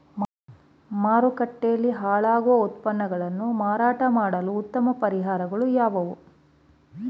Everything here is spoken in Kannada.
ಮಾರುಕಟ್ಟೆಯಲ್ಲಿ ಹಾಳಾಗುವ ಉತ್ಪನ್ನಗಳನ್ನು ಮಾರಾಟ ಮಾಡಲು ಉತ್ತಮ ಪರಿಹಾರಗಳು ಯಾವುವು?